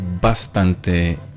bastante